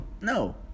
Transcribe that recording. No